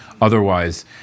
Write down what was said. Otherwise